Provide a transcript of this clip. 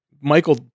Michael